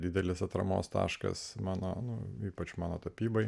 didelis atramos taškas bananų ypač mano tapybai